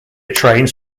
trains